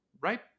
right